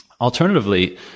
Alternatively